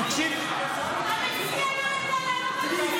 תקשיב --- המציע לא ידע לענות על השאלות.